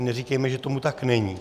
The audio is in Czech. Neříkejme si, že tomu tak není.